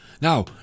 Now